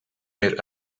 meer